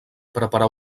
preparar